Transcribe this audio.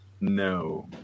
No